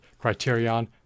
criterion